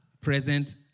present